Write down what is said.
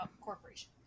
corporation